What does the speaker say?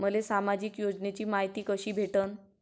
मले सामाजिक योजनेची मायती कशी भेटन?